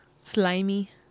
slimy